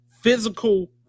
physical